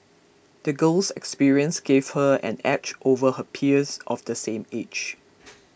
the girl's experiences gave her an edge over her peers of the same age